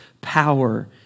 power